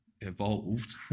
evolved